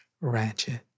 Ratchet